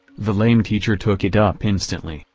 the lame teacher took it up instantly,